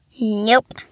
Nope